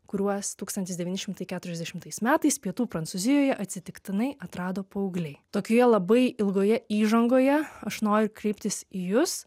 kuruos tūkstantis devyni šimtai keturiasdešimtais metais pietų prancūzijoje atsitiktinai atrado paaugliai tokioje labai ilgoje įžangoje aš noriu kreiptis į jus